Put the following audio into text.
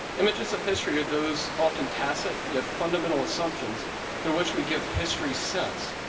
images of history are those often tacit, yet fundamental assumptions through which we give history sense,